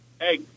hey